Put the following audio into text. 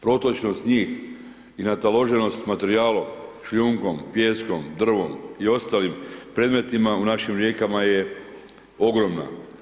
Protočnost njih i nataloženost s materijalom, šljunkom, pijeskom, drvom i ostalim predmetima, u našim rijekama je ogromna.